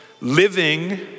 living